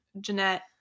Jeanette